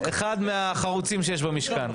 אחד מהחרוצים שיש במשכן.